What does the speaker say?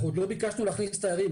אנחנו עוד לא ביקשנו להכניס תיירים,